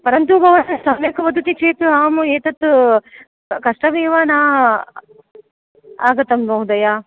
परन्तु महोदय सम्यक् वदति चेत् अहम् एतत् कष्टमेव न आगतम् महोदय